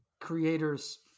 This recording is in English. creators